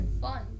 Fun